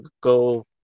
go